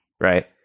right